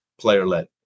player-led